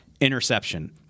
interception